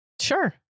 Sure